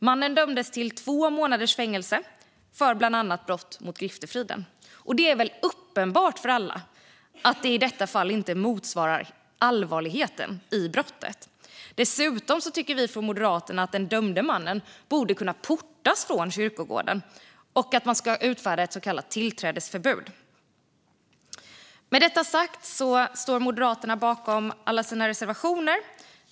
Mannen dömdes till två månaders fängelse för bland annat brott mot griftefriden. Det är väl uppenbart för alla att det i detta fall inte motsvarar allvaret i brottet. Dessutom tycker vi från Moderaterna att den dömde mannen borde kunna portas från kyrkogården och att man bör kunna utfärda ett så kallat tillträdesförbud. Med detta sagt står Moderaterna bakom alla sina reservationer.